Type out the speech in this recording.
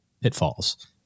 pitfalls